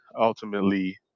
ultimately